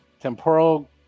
Temporal